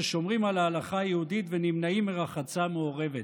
ששומרים על ההלכה היהודית ונמנעים מרחצה מעורבת.